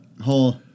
whole